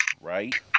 Right